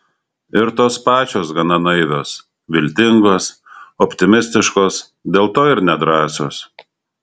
ir tos pačios gana naivios viltingos optimistiškos dėl to ir nedrąsios